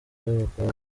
b’abakobwa